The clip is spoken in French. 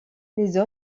les